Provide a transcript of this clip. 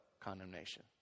condemnation